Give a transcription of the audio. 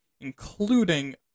including